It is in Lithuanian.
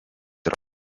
yra